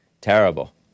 Terrible